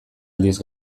aldiz